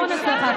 המון הצלחה.